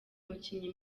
umukinnyi